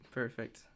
perfect